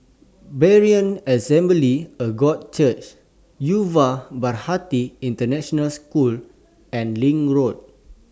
Berean Assembly of God Church Yuva Bharati International School and LINK Road